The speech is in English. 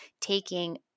taking